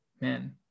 man